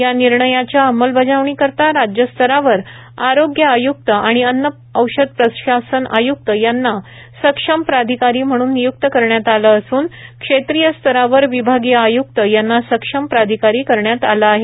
या निर्णयाच्या अंमलबजावणीकरीता राज्यस्तरावर आरोग्य आय्क्त आणि अन्न औषध प्रशासन आय्क्त यांना सक्षम प्राधिकारी म्हणून निय्क्त करण्यात आले असून क्षेत्रीय स्तरावर विभागीय आयक्त यांना सक्षम प्राधिकारी करण्यात आले आहे